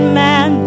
man